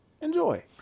Enjoy